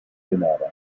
grenada